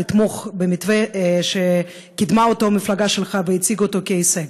לתמוך במתווה שקידמה המפלגה שלך והציגה אותו כהישג?